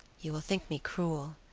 you will think me cruel,